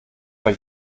bei